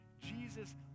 Jesus